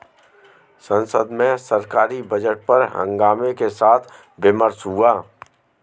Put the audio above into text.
संसद में सरकारी बजट पर हंगामे के साथ विमर्श हुआ